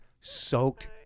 soaked